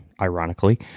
ironically